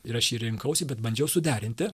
ir aš jį rinkausi bet bandžiau suderinti